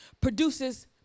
produces